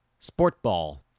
Sportball